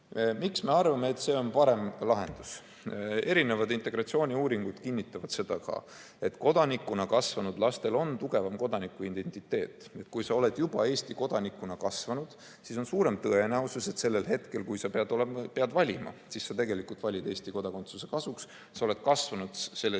Miks me arvame, et see on parem lahendus? Erinevad integratsiooniuuringud kinnitavad, et kodanikuna kasvanud lastel on tugevam kodanikuidentiteet. Kui sa oled juba Eesti kodanikuna kasvanud, siis on suurem tõenäosus, et sellel hetkel, kui sa pead valima, sa tegelikult valid Eesti kodakondsuse kasuks. Sa oled kasvanud selles